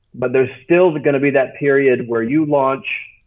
but there's still going to be that period where you launch.